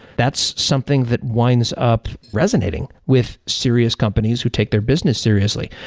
that's something that winds up resonating with serious companies who take their business seriously.